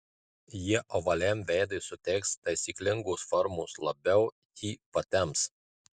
jie ovaliam veidui suteiks taisyklingos formos labiau jį patemps